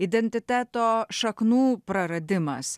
identiteto šaknų praradimas